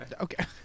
okay